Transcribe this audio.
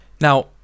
Now